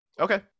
Okay